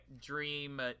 dream